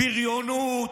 בריונות,